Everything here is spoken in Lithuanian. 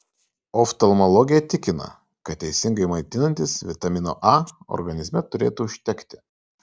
oftalmologė tikina kad teisingai maitinantis vitamino a organizme turėtų užtekti